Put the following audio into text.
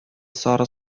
сары